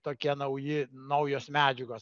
tokie nauji naujos medžiagos